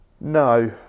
No